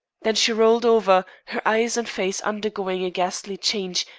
then she rolled over, her eyes and face undergoing a ghastly change,